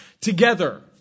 together